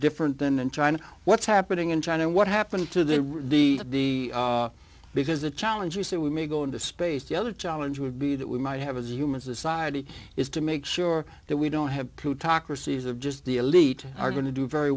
different than and china what's happening in china and what happened to the the because the challenges that we may go into space the other challenge would be that we might have a human society is to make sure that we don't have plutocracies of just the elite are going to do very